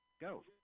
Go